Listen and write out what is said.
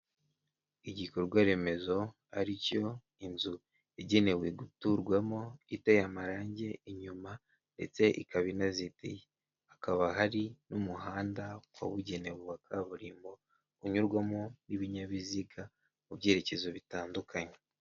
Igikorwa remezo, ari cyo inzu igenewe guturwamo, iteye amarane inyuma, ndetse ikaba inazitiye. Hakaba hari n'umuhanda wabugenewe wa kaburimbo, unyurwamo n'ibinyabiziga mu byerekezo bitandukanye.